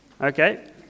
Okay